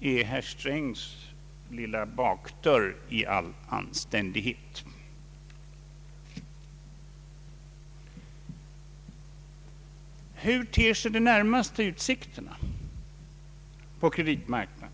är herr Strängs lilla bakdörr i all anständighet. Hur ter sig de närmaste utsikterna på kreditmarknaden?